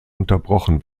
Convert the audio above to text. unterbrochen